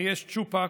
אריה שצ'ופק,